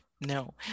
No